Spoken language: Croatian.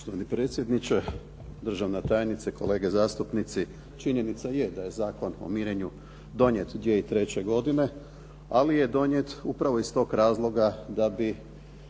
Poštovani predsjedniče, državna tajnice, kolege zastupnici. Činjenica je da je Zakon o mirenju donijet 2003. godine, ali je donijet upravo iz tog razloga da bi